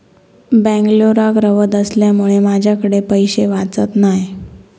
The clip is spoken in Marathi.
बेंगलोराक रव्हत असल्यामुळें माझ्याकडे पैशे वाचत नाय